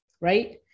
right